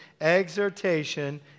exhortation